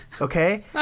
Okay